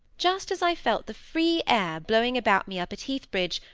just as i felt the free air blowing about me up at heathbridge,